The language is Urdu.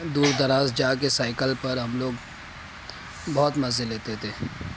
دور دراز جا کے سائیکل پر ہم لوگ بہت مزے لیتے تھے